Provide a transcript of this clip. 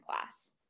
class